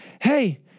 hey